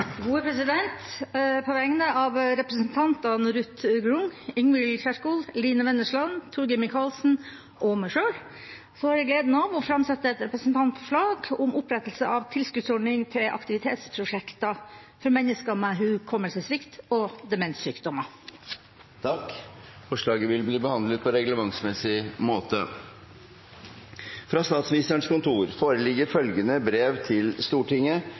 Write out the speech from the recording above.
På vegne av representantene Ruth Grung, Ingvild Kjerkol, Line Kysnes Vennesland, Torgeir Micaelsen og meg selv har jeg gleden av å framsette et representantforslag om opprettelse av en tilskuddsordning til aktivitetsprosjekter for mennesker med hukommelsessvikt og demenssykdommer. Forslaget vil bli behandlet på reglementsmessig måte. Fra Statsministerens kontor foreligger følgende brev til Stortinget,